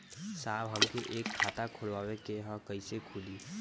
साहब हमके एक खाता खोलवावे के ह कईसे खुली?